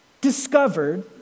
discovered